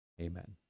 Amen